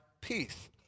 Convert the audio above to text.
peace